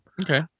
Okay